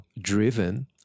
driven